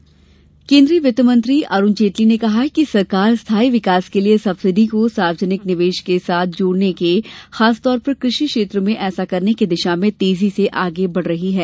अर्थव्यवस्था केन्द्रीय वित्तमंत्री अरुण जेटली ने कहा है कि सरकार स्थायी विकास के लिए सब्सिडी को सार्वजनिक निवेश के साथ जोड़ने के लिये खासतौर पर कृषि क्षेत्र में ऐसा करने की दिशा में तेजी से आगे बढ़ रही है